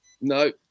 No